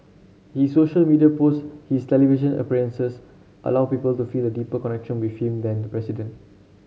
his social media posts his television appearances allow people to feel a deeper connection with him than the president